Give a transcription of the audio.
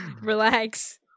Relax